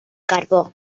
carbó